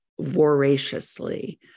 voraciously